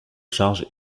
charge